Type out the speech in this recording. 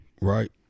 Right